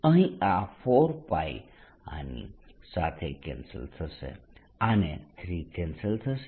અહીં આ 4π આની સાથે કેન્સલ થશે આ 3 કેન્સલ થશે